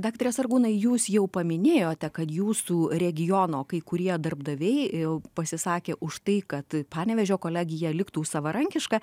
daktare sargūnai jūs jau paminėjote kad jūsų regiono kai kurie darbdaviai jau pasisakė už tai kad panevėžio kolegija liktų savarankiška